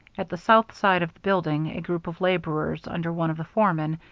at the south side of the building a group of laborers, under one of the foremen,